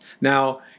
Now